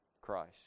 Christ